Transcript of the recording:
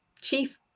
chief